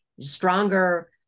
stronger